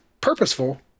purposeful